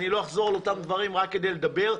אני לא אחזור על אותם דברים רק כדי לדבר,